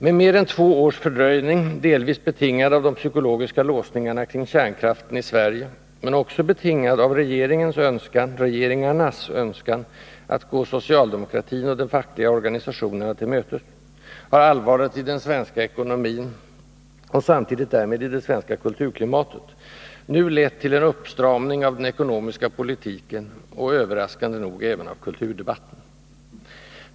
Med mer än två års fördröjning, delvis betingad av de psykologiska låsningarna kring kärnkraften i Sverige, men också betingad av regeringarnas önskan att gå socialdemokratin och de fackliga organisationerna till mötes, har allvaret i den svenska ekonomin — och samtidigt därmed i det svenska kulturklimatet — nu lett till en uppstramning av den ekonomiska politiken och — överraskande nog — även av kulturdebatten.